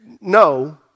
No